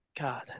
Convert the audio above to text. God